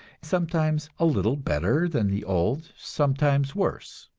sometimes a little better than the old, sometimes worse.